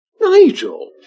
Nigel